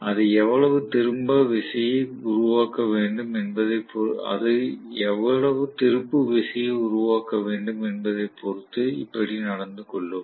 அது எவ்வளவு திருப்பு விசையை உருவாக்க வேண்டும் என்பதைப் பொறுத்து இப்படி நடந்து கொள்ளும்